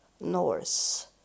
Norse